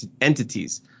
entities